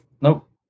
Nope